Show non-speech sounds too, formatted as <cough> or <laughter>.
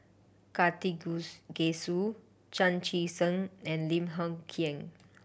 <unintelligible> Chan Chee Seng and Lim Hng Kiang